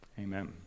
Amen